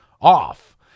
off